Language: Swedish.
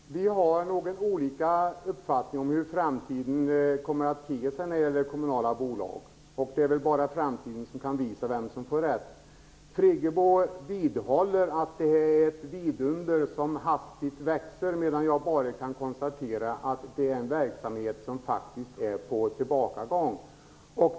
Fru talman! Vi har nog olika uppfattning om hur framtiden kommer att te sig när det gäller kommunala bolag. Det är bara framtiden som kan utvisa vem som får rätt. Birgit Friggebo vidhåller att det är ett vidunder som hastigt växer, medan jag konstaterar att det är en verksamhet som faktiskt är på tillbakagång.